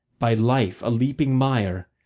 by life a leaping mire,